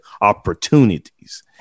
opportunities